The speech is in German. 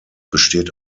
besteht